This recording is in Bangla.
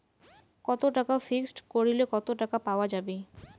কত টাকা ফিক্সড করিলে কত টাকা পাওয়া যাবে?